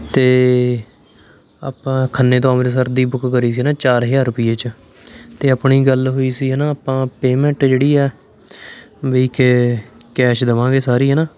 ਅਤੇ ਆਪਾਂ ਖੰਨੇ ਤੋਂ ਅੰਮ੍ਰਿਤਸਰ ਦੀ ਬੁੱਕ ਕਰੀ ਸੀ ਨਾ ਚਾਰ ਹਜ਼ਾਰ ਰੁਪਈਏ 'ਚ ਅਤੇ ਆਪਣੀ ਗੱਲ ਹੋਈ ਸੀ ਹੈ ਨਾ ਆਪਾਂ ਪੇਮੈਂਟ ਜਿਹੜੀ ਆ ਬਈ ਕਿ ਕੈਸ਼ ਦੇਵਾਂਗੇ ਸਾਰੀ ਹੈ ਨਾ